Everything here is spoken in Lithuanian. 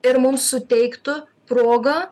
ir mums suteiktų progą